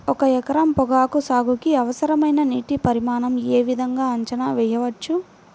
ఒక ఎకరం పొగాకు సాగుకి అవసరమైన నీటి పరిమాణం యే విధంగా అంచనా వేయవచ్చు?